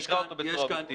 תקרא אותו בצורה אובייקטיבית.